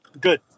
Good